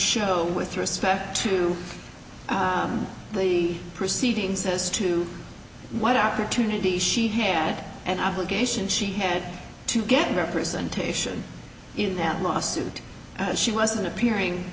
show with respect to the proceedings as to what opportunity she had an obligation she had to get representation in that lawsuit and she wasn't appearing